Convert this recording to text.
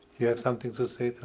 you have something to say,